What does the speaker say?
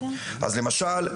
אז למשל,